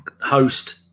host